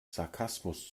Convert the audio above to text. sarkasmus